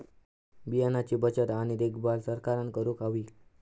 बियाणांची बचत आणि देखभाल सरकारना करूक हवी